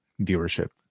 viewership